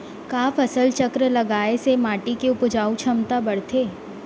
का फसल चक्र लगाय से माटी के उपजाऊ क्षमता बढ़थे?